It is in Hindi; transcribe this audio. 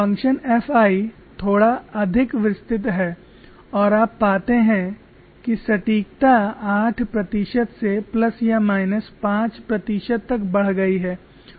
फ़ंक्शन F I थोड़ा अधिक विस्तृत है और आप पाते हैं कि सटीकता आठ प्रतिशत से प्लस या माइनस पांच प्रतिशत तक बढ़ गई है